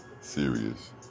Serious